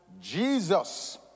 Jesus